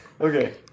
Okay